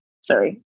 Sorry